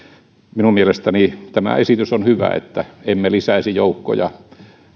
minun mielestäni tämä esitys on hyvä että emme lisäisi joukkoja